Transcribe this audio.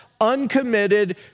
uncommitted